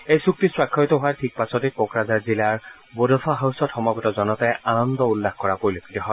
এই চুক্তি স্বাক্ষৰিত হোৱাৰ ঠিক পাছতে কোকৰাঝাৰ জিলাৰ বডোফা হাউছত সমবেত জনতাই আনন্দ উল্লাস কৰা পৰিলক্ষিত হয়